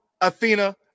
Athena